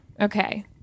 Okay